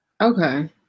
Okay